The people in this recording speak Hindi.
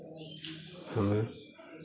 हमें